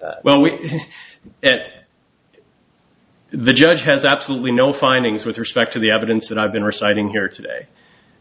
that when we the judge has absolutely no findings with respect to the evidence that i've been reciting here today